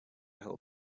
help